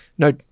No